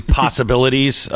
possibilities